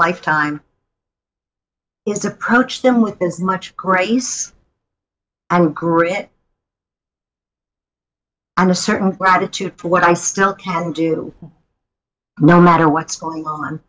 life time is approach them with as much grace and grit and a certain gratitude for what i still can do no matter what's going on